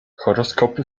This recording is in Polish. horoskopy